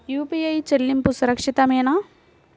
UPI చెల్లింపు సురక్షితమేనా?